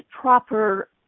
proper